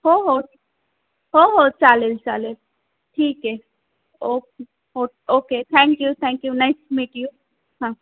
हो हो हो हो चालेल चालेल ठीक आहे ओ ओ okay thank you thank you nice meet you हां